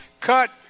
cut